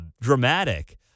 dramatic